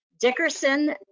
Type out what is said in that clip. Dickerson